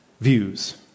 views